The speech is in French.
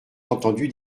entendu